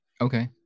Okay